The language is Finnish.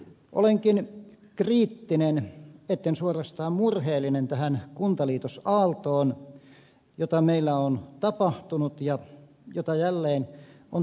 olenkin kriittinen etten suorastaan murheellinen tähän kuntaliitosaaltoon jota meillä on tapahtunut ja jota jälleen on tapahtumassa